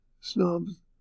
Snobs